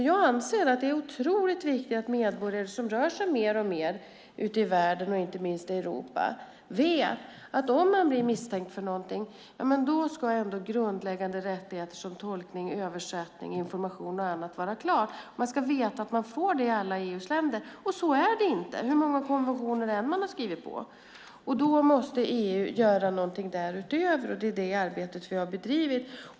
Jag anser att det är otroligt viktigt att medborgare som rör sig mer och mer ute i världen och inte minst i Europa vet att om man blir misstänkt för någonting ska grundläggande rättigheter som tolkning, översättning, information och annat vara klart. Man ska veta att man får det i EU:s alla länder. Så är det inte, hur många konventioner man än har skrivit på. Då måste EU göra någonting därutöver, och det är det arbetet vi har bedrivit.